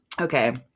Okay